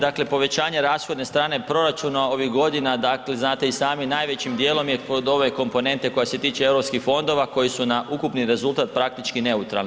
Dakle povećanje rashodne strane proračuna ovih godina, dakle znate i sami, najvećim djelom je kod ove komponente koja se tiče europskih fondova koji su na ukupni rezultat praktički neutralni.